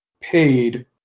paid